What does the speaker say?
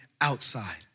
outside